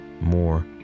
more